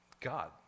God